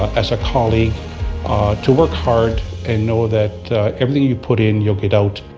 as a colleague to work hard and know that everything you put in you'll get out.